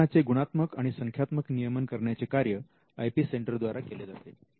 संशोधनाचे गुणात्मक आणि संख्यात्मक नियमन करण्याचे कार्य आय पी सेंटर द्वारा केले जाते